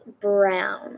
brown